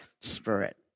spirit